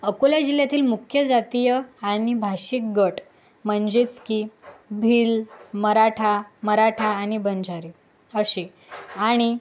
अकोला जिल्ह्यातील मुख्य जातीय आणि भाषिक गट म्हणजेच की भिल मराठा मराठा आणि बंजारी असे आणि